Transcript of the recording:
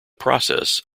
process